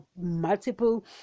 multiple